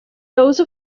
those